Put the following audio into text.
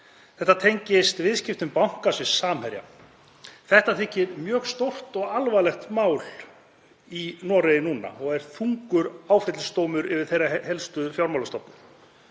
Þetta tengist viðskiptum bankans við Samherja. Þetta þykir mjög stórt og alvarlegt mál í Noregi núna og er þungur áfellisdómur yfir þeirra helstu fjármálastofnun.